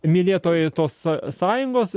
mylėtojai tos s sąjungos